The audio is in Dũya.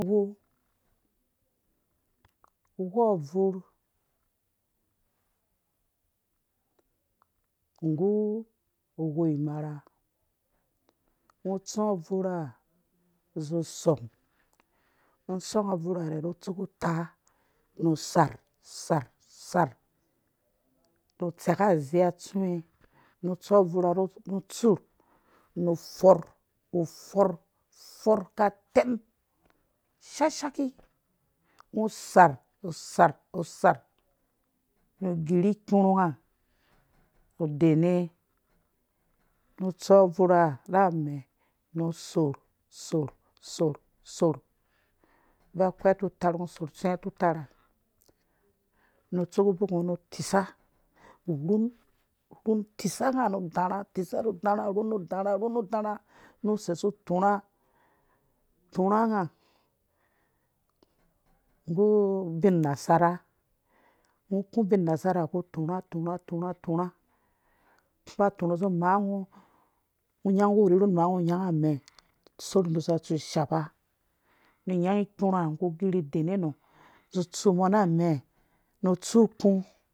Uwou uwou abvur nggu uwou imarha mbo atsu abvurha za song ngɔ song abvuha rhɛ rru tsu ku utaa nu sarh sarh sarh na tseka. zia tsuwe nu tsu abuurha nu utsurh nu fɔrh ufɔrh fɔrh ka teng shasha ki nu sarh sarh sarh nu girhi ikpurhi nga dene. nu stu abvurha rha mɛɛ nu sorh sorh sorh baakwai atutaar ngɔ sorh tsuwe atutaarha nu tsorhu udok nga nu tisa urhun rhun tisa nga nu darha rhun na darha nu sei su turha turha nga nggu ubin unasarha nu ku ubin unasarha ku turha turha turha turha ba turha zu maango ngɔ rhum maa ngo nyanga amɛɛ sorh inusa tsu nu shapa nu nyanyi ikurha ngo ku girh dene nɔ tsumɔ na amɛɛ nu tsu uku,